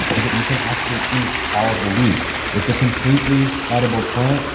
is that you can actually eat all of the leaves. it's a completely edible plant.